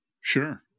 Sure